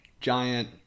giant